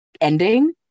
ending